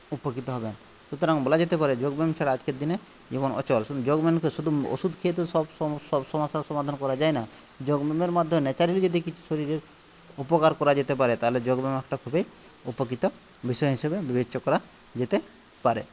উপকৃত হবে সুতরাং বলা যেতে পারে যোগব্যায়াম ছাড়া আজকের দিনে জীবন অচল শুধু যোগব্যায়াম শুধু ওষুধ খেয়ে তো সব সব সমস্যার সমাধান করা যায় না যোগব্যায়ামের মাধ্যমে ন্যাচরালি যদি কিছু শরীরের উপকার করা যেতে পারে তাহলে যোগব্যায়াম একটা খুবই উপকৃত বিষয় হিসাবে বিবেচ্য করা যেতে পারে